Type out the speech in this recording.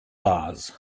bars